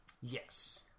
Yes